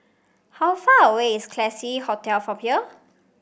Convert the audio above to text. how far away is Classique Hotel from here